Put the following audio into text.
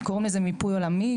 אנחנו קוראים לזה מיפוי עולמי.